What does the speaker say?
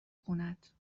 خونهت